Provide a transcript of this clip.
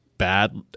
bad